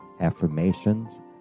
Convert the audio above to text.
affirmations